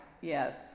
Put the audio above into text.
Yes